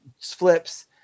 flips